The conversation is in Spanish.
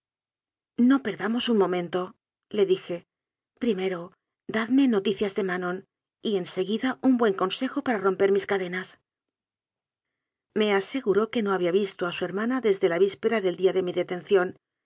no perdamos un momento le dije primero dadme noticias de manon y en seguida un buen consejo para romper mis ca denas me aseguró que no había visto a su her mana desde la víspera del día de mi detención